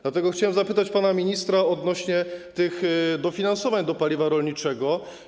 Dlatego chciałem zapytać pana ministra odnośnie do tych dofinansowań do paliwa rolniczego.